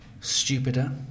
stupider